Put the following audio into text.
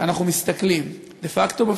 כשאנחנו מסתכלים דה-פקטו,